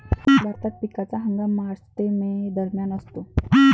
भारतात पिकाचा हंगाम मार्च ते मे दरम्यान असतो